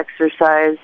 exercise